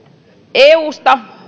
euhun